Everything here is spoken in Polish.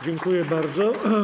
Dziękuję bardzo.